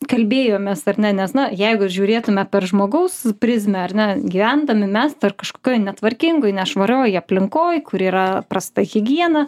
kalbėjomės ar ne nes na jeigu žiūrėtume per žmogaus prizmę ar ne gyvendami mes dar kažkokioj netvarkingoj nešvarioj aplinkoj kur yra prasta higiena